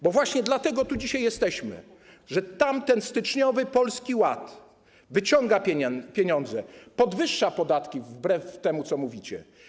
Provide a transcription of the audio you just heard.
Bo właśnie dlatego tu dzisiaj jesteśmy, że tamten styczniowy Polski Ład wyciąga pieniądze, podwyższa podatki wbrew temu, co mówicie.